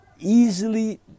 easily